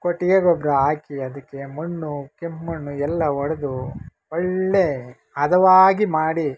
ಕೊಟ್ಟಿಗೆ ಗೊಬ್ಬರ ಹಾಕಿ ಅದಕ್ಕೆ ಮಣ್ಣು ಕೆಂಪು ಮಣ್ಣು ಎಲ್ಲ ಹೊಡೆದು ಒಳ್ಳೆ ಹದವಾಗಿ ಮಾಡಿ